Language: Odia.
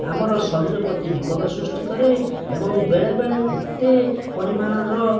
ଆମର ଶରୀର ପ୍ରତି ବିପଦ ସୃଷ୍ଟି କରେ ଏବଂ ବେଳେ ବେଳେ ଏତେ ପରିମାଣର